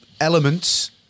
elements